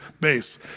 base